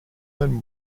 than